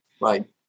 right